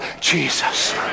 Jesus